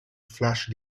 flash